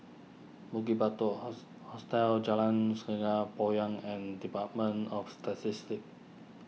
Bukit Batok house Hostel Jalan Sungei Poyan and Department of Statistics